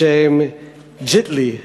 בשם JITLI,